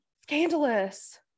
Scandalous